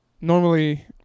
normally